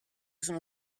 sono